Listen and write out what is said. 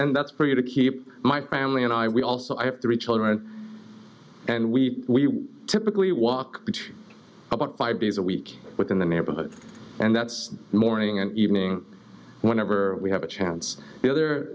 and that's pretty to keep my family and i we also i have three children and we typically walk about five days a week within the neighborhood and that's morning and evening whenever we have a chance the other